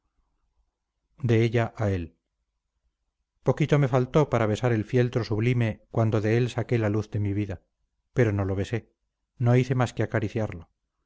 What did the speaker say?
ella a él poquito me faltó para besar el fieltro sublime cuando de él saqué la luz de mi vida pero no lo besé no hice más que acariciarlo